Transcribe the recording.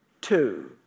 two